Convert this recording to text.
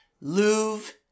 louvre